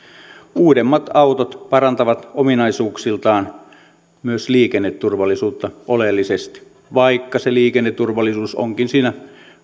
uudemmat autot parantavat ominaisuuksiltaan myös liikenneturvallisuutta oleellisesti vaikka se liikenneturvallisuus onkin siinä